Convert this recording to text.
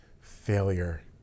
failure